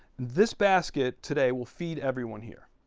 this basket today will feed everyone here.